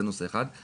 זה נושא אחד.